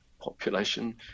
population